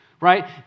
right